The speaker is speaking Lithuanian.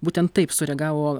būtent taip sureagavo